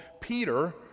Peter